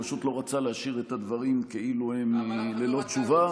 הוא פשוט לא רוצה להשאיר את הדברים ללא תשובה.